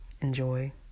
enjoy